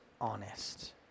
honest